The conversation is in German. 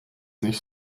nicht